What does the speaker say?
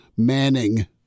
manning